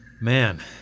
man